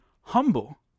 humble